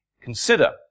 consider